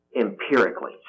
empirically